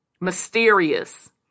Mysterious